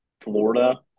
Florida